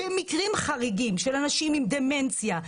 במקרים חריגים של אנשים עם דמנציה,